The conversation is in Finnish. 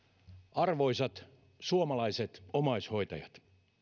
arvoisat suomalaiset omaishoitajat